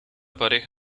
pareja